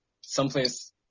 someplace